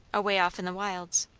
away off in the wilds.